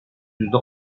yüzde